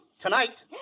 tonight